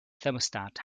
thermostat